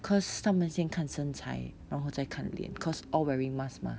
because 他们先看身材然后再看脸 because all wearing mask mah